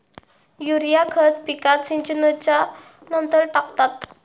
urea खत पिकात सिंचनच्या नंतर टाकतात